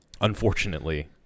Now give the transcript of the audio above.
unfortunately